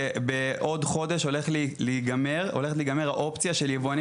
בעוד חודש הולכת להיגמר האופציה של היבואנים